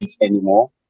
anymore